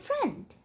friend